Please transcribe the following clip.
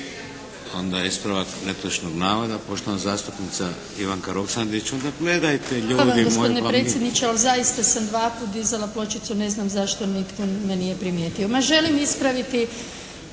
Onda ispravak netočnog navoda poštovana zastupnica Ivanka Roksandić. Onda gledajte ljudi moji, pa mi… **Roksandić, Ivanka (HDZ)** Hvala vam gospodine predsjedniče. Ali zaista sam dva puta dizala pločicu, ne znam zašto nitko me nije primijetio. Ma želim ispraviti